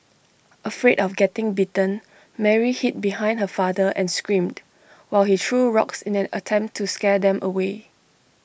afraid of getting bitten Mary hid behind her father and screamed while he threw rocks in an attempt to scare them away